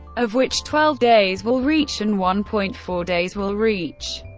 of which twelve days will reach and one point four days will reach.